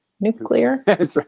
nuclear